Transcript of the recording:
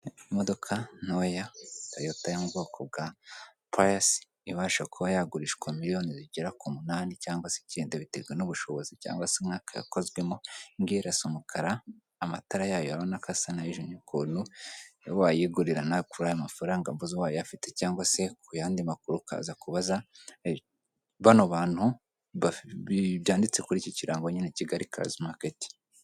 Imodoka ntoya, toyota yo mu bwoko bwa payasi ibasha kuba yagurishwa miliyoni zigera ku munani cyangwa se icyenda, biterwa n'ubushobozi cyangwa se umwaka yakozwemo, iyi ngiyi irasa umukara, amatara yayo urabona ko asa n'ayijimye ukuntu, rero wayigurira nawe kuri aya mafaranga mvuze ubaye ayafite cyangwa se ku yandi makuru ukaza kubaza bano bantu, byanditse kuri iki kirango nyine Kigali karizi maketi.